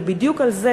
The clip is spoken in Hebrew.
ובדיוק על זה,